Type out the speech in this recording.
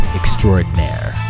extraordinaire